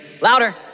Louder